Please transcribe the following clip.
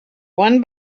one